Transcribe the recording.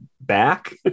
back